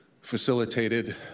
facilitated